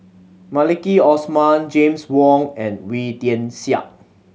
Maliki Osman James Wong and Wee Tian Siak